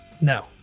No